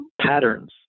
patterns